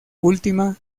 última